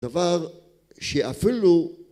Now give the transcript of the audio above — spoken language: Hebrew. דבר שאפילו..